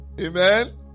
Amen